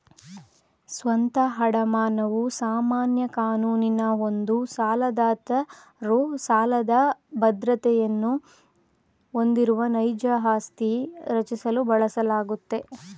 ಸ್ವಂತ ಅಡಮಾನವು ಸಾಮಾನ್ಯ ಕಾನೂನಿನ ಒಂದು ಸಾಲದಾತರು ಸಾಲದ ಬದ್ರತೆಯನ್ನ ಹೊಂದಿರುವ ನೈಜ ಆಸ್ತಿ ರಚಿಸಲು ಬಳಸಲಾಗುತ್ತೆ